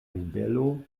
ribelo